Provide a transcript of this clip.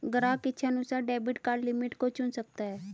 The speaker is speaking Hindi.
ग्राहक इच्छानुसार डेबिट कार्ड लिमिट को चुन सकता है